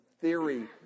theory